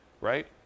Right